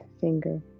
finger